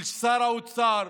של שר האוצר.